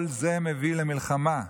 כל זה מביא למלחמה,